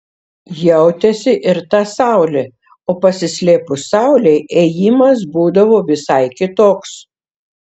jautėsi ir ta saulė o pasislėpus saulei ėjimas būdavo visai kitoks